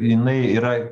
jinai yra